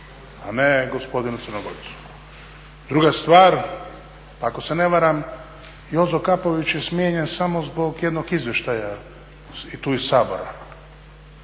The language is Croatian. a ne gospodinu Crnogorcu. Druga stvar, ako se ne varam Jozo Kapović je smijenjen samo zbog jednog izvještaja i tu iz Sabora,